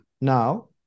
now